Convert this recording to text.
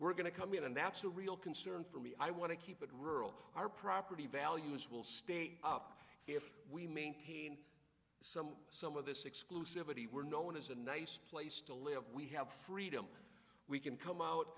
we're going to come in and that's a real concern for me i want to keep it rural property values will stay up if we maintain some some of this exclusive were known as a nice place to live we have freedom we can come out